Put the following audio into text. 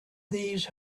these